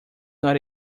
not